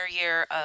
year